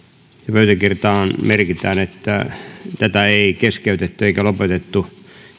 pöytäkirjaan merkitään että tätä ei keskeytetty eikä lopetettu